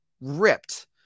ripped